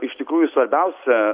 iš tikrųjų svarbiausia